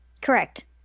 Correct